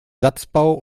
satzbau